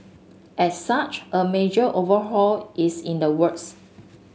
as such a major overhaul is in the works